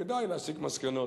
כדאי להסיק מסקנות.